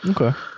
Okay